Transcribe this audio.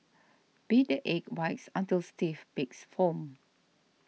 beat the egg whites until stiff peaks form